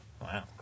Wow